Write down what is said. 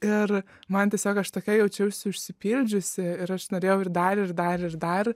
ir man tiesiog aš tokia jaučiausi užsipildžiusi ir aš norėjau ir dar ir dar ir dar